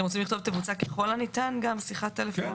אתם רוצים לכתוב "תבוצע ככל הניתן שיחת טלפון"?